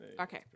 Okay